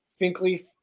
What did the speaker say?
Finkley